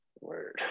Word